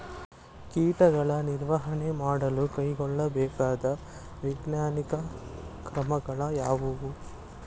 ಕೀಟಗಳ ನಿರ್ವಹಣೆ ಮಾಡಲು ಕೈಗೊಳ್ಳಬೇಕಾದ ವೈಜ್ಞಾನಿಕ ಕ್ರಮಗಳು ಯಾವುವು?